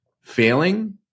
failing